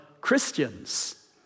Christians